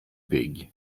pig